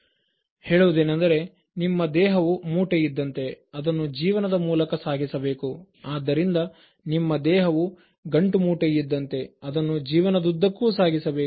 Glosgow ಹೇಳುವುದೇನೆಂದರೆ " ನಿಮ್ಮ ದೇಹವು ಮೂಟೆ ಇದ್ದಂತೆ ಅದನ್ನು ಜೀವನದ ಮೂಲಕ ಸಾಗಿಸಬೇಕು" ಆದ್ದರಿಂದ ನಿಮ್ಮ ದೇಹವು ಗಂಟುಮೂಟೆ ಇದ್ದಂತೆ ಅದನ್ನು ಜೀವನದುದ್ದಕ್ಕೂ ಸಾಗಿಸಬೇಕು